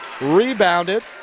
Rebounded